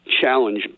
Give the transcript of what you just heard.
challenge